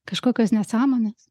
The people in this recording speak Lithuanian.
kažkokios nesąmonės